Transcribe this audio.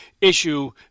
issue